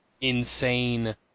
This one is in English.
insane